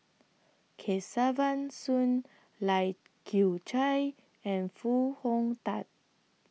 Kesavan Soon Lai Kew Chai and Foo Hong Tatt